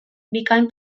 bikain